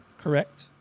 Correct